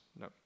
No